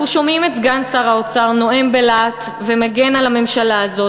אנחנו שומעים את סגן שר האוצר נואם בלהט ומגן על הממשלה הזו.